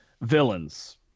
Villains